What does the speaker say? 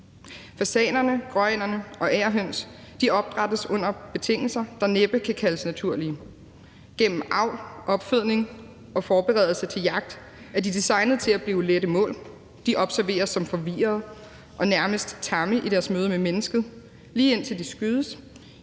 Fasanerne, gråænderne og agerhønsene opdrættes under betingelser, der næppe kan kaldes naturlige. Gennem avl, opfedning og forberedelse til jagt er de designet til at blive lette mål. De observeres som forvirrede og nærmest tamme i deres møde med mennesket, lige indtil de skydes.